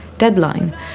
deadline